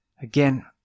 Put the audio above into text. Again